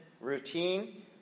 routine